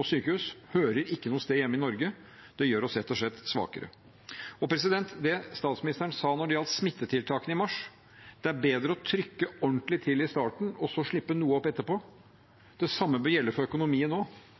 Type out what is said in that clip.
og sykehus, hører ikke noe sted hjemme i Norge. Det gjør oss rett og slett svakere. Statsministeren sa når det gjaldt smittetiltakene i mars, at det er bedre å trykke ordentlig til i starten og så slippe noe opp etterpå. Det samme bør gjelde for økonomien og for tiltakene ut mot kommunene. Henger vi etter nå,